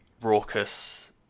raucous